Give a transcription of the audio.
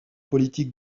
politique